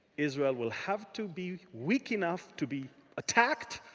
israel will have to be weak enough to be attacked.